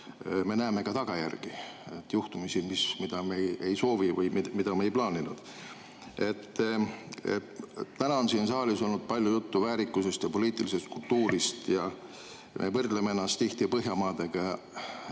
juhtumisi ka tagajärgi, mida me ei soovinud või mida me ei plaaninud. Täna on siin saalis olnud palju juttu väärikusest ja poliitilisest kultuurist. Me võrdleme ennast tihti Põhjamaadega.